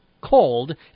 called